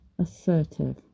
assertive